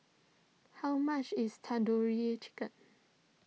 how much is Tandoori Chicken